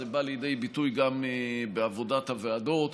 וזה בא לידי ביטוי גם בעבודת הוועדות.